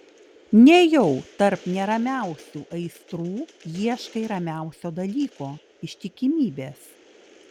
nejau tarp neramiausių aistrų ieškai ramiausio dalyko ištikimybės